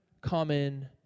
common